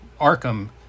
Arkham